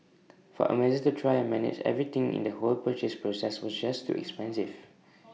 for Amazon to try and manage everything in the whole purchase process was just too expensive